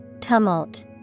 Tumult